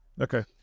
Okay